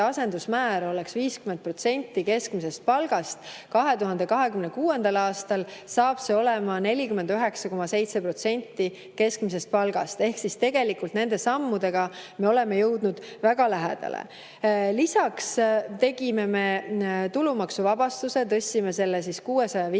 asendusmäär oleks 50% keskmisest palgast. 2026. aastal saab see olema 49,7% keskmisest palgast. Ehk siis tegelikult nende sammudega me oleme jõudnud [eesmärgile] väga lähedale. Lisaks tegime [muudatuse] tulumaksuvabastuses, tõstsime [maksuvaba